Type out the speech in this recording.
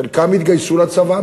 חלקם יתגייסו לצבא,